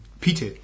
Peter